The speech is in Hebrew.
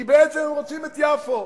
כי בעצם הם רוצים את יפו,